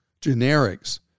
generics